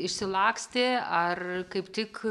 išsilakstė ar kaip tik